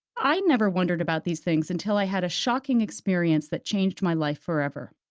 i never wondered about these things until i had a shocking experience that changed my life forever.